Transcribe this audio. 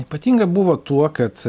ypatinga buvo tuo kad